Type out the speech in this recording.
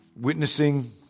Witnessing